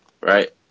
right